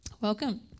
welcome